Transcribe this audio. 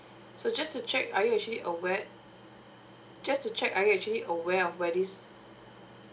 so just to check are you actually aware just to check are you actually aware of where this